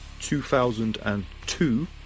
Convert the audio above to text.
2002